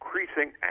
increasing